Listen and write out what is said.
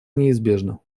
неизбежно